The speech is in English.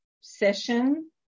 session